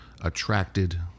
attracted